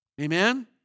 Amen